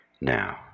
now